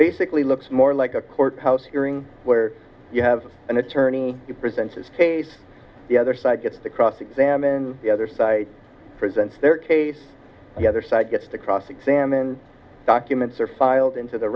basically looks more like a court house hearing where you have an attorney present his case the other side gets to cross examine the other side presents their case the other side gets to cross examine documents are filed into the